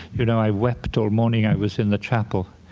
you know, i wept all morning. i was in the chapel.